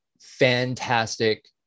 fantastic